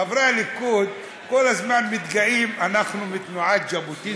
חברי הליכוד כל הזמן מתגאים: אנחנו מתנועת ז'בוטינסקי,